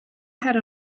had